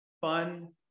fun